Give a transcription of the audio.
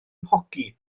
hoci